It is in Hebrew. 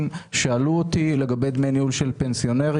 שאלו אותי לגבי דמי ניהול של פנסיונרים.